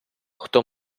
хто